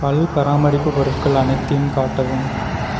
பல் பராமரிப்பு பொருட்கள் அனைத்தையும் காட்டவும்